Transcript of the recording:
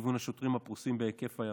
לכיוון השוטרים הפרוסים בהיקף ההיערכות.